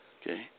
Okay